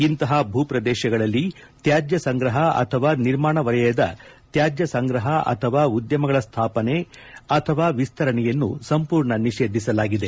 ಇಂತಹ ಭೂ ಪ್ರದೇಶಗಳಲ್ಲಿ ತ್ಯಾಜ್ಯ ಸಂಗ್ರಹ ಅಥವಾ ನಿರ್ಮಾಣ ವಲಯದ ತ್ಯಾಜ್ಯ ಸಂಗ್ರಹ ಅಥವಾ ಉದ್ಯಮಗಳ ಸ್ಥಾಪನೆ ಅಥವಾ ವಿಸ್ತರಣೆಯನ್ನು ಸಂಪೂರ್ಣ ನಿಷೇಧಿಸಲಾಗಿದೆ